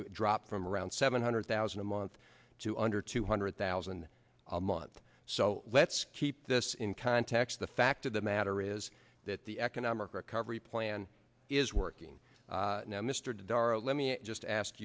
jobs dropped from around seven hundred thousand a month to under two hundred thousand a month so let's keep this in context the fact of the matter is that the economic recovery plan is working now mr darawshe let me just ask